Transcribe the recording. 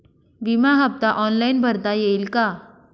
विमा हफ्ता ऑनलाईन भरता येईल का?